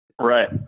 Right